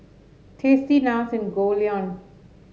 Tasty NARS and Goldlion